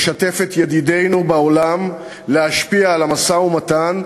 לשתף את ידידינו בעולם להשפיע על המשא-ומתן,